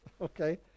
Okay